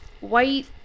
White